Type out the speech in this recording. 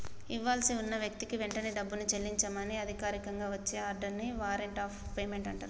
ఇవ్వాల్సి ఉన్న వ్యక్తికి వెంటనే డబ్బుని చెల్లించమని అధికారికంగా వచ్చే ఆర్డర్ ని వారెంట్ ఆఫ్ పేమెంట్ అంటరు